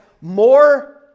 more